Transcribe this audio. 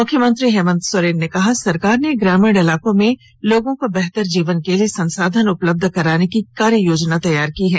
मुख्यमंत्री हेमंत सोरेन ने कहा सरकार ने ग्रामीण इलाकों में लोगों को बेहतर जीवन के लिए संसाधन उपलब्ध कराने की कार्ययोजना तैयार की है